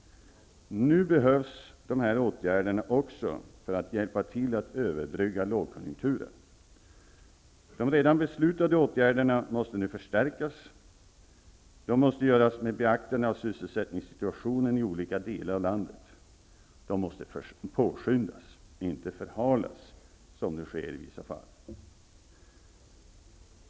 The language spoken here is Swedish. Nu behövs dessa åtgärder också för att hjälpa till att överbrygga lågkonjunkturen. De redan beslutade åtgärderna måste nu förstärkas och vidtas med beaktande av sysselsättningssituationen i olika delar av landet. Och de måste påskyndas, inte förhalas, som nu sker i vissa fall.